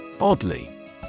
Oddly